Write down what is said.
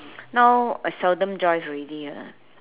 now I seldom drive already ah